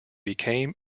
became